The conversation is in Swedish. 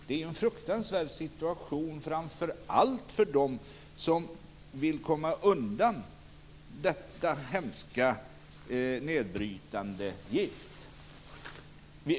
Det är en fruktansvärd situation, framför allt för dem som vill komma undan detta hemska nedbrytande gift.